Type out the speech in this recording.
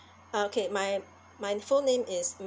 okay my my full name is